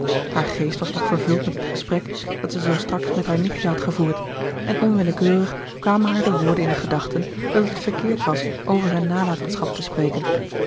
haar geest was nog vervuld met het gesprek dat ze zoo straks met haar nichtje had gevoerd en onwillekeurig kwamen haar de woorden in de gedachten dat het verkeerd was over zijn nalatenschap te spreken